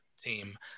team